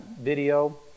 video